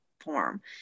form